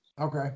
Okay